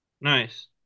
nice